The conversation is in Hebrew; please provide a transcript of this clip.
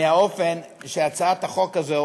מהאופן שהצעת החוק הזאת,